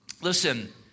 Listen